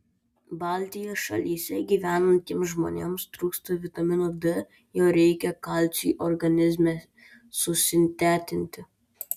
baltijos šalyse gyvenantiems žmonėms trūksta vitamino d jo reikia kalciui organizme susintetinti